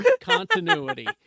Continuity